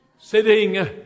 sitting